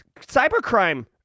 Cybercrime